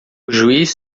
juiz